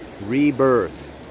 rebirth